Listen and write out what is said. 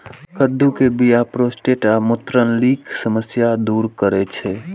कद्दू के बीया प्रोस्टेट आ मूत्रनलीक समस्या दूर करै छै